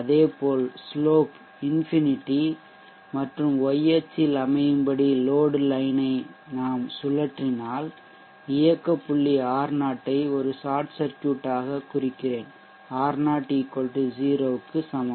இதேபோல் சாய்வுஸ்லோப் இன்ஃபினிடி மற்றும் y அச்சில் அமையும்படி லோட் லைன் ஐ நாம் சுழற்றினால் இயக்க புள்ளி R0 ஐ ஒரு ஷார்ட் சர்க்யூட் ஆக குறிக்கிறது R0 0 க்கு சமம்